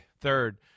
Third